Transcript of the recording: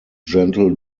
gentle